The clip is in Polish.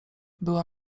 była